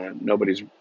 nobody's